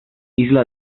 isla